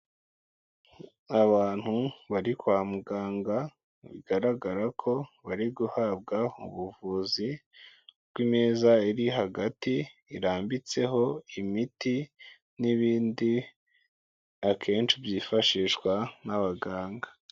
Abantu bari kwa muganga bigaragara ko bari guhabwa ubuvuzi, ku meza iri hagati irambitseho imiti n'ibindi akenshi byifashishwa n'abaganga.